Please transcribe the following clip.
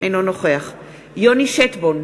אינו נוכח יוני שטבון,